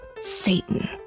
Satan